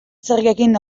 zergekin